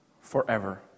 forever